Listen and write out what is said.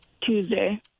Tuesday